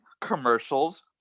commercials